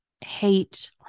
hate